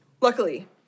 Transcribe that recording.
Luckily